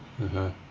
(uh huh)